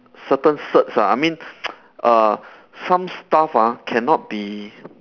certain certs ah I mean uh some stuff ah cannot be